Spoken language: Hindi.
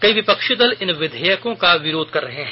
कई विपक्षी दल इन विधेयकों का विरोध कर रहे हैं